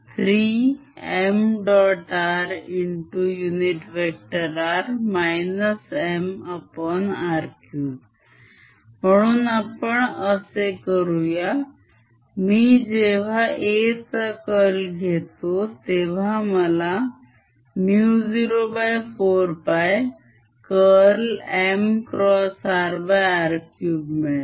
rr mr3 म्हणून आपण असे करूया मी जेव्हा a चा curl घेतो तेव्हा मला μ04π curl mxrr3 मिळेल